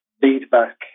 feedback